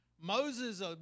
Moses